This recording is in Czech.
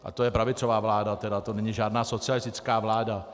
A to je pravicová vláda, to není žádná socialistická vláda.